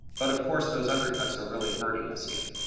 but of course, those undercuts are really hurting us here.